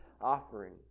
offering